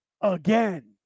again